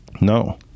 No